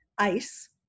ICE